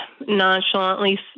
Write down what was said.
nonchalantly